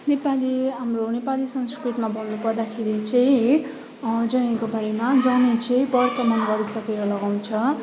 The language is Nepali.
नेपाली हाम्रो नेपाली संस्कृतमा भन्नुपर्दाखेरि चहिँ जनैको बारेमा जनै चाहिँ बर्तमान गरिसकेर लगाउँछ